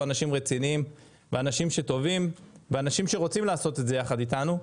אנשים רציניים ואנשים טובים ואנשים שרוצים לעשות את זה יחד איתנו.